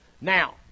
Now